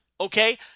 okay